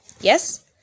Yes